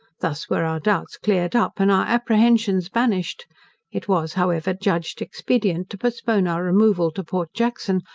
thus were our doubts cleared up, and our apprehensions banished it was, however, judged expedient to postpone our removal to port jackson,